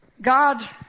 God